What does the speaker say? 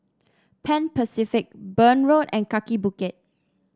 Pan Pacific Burn Road and Kaki Bukit